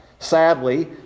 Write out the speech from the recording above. Sadly